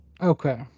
okay